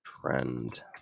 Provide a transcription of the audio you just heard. trend